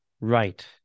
right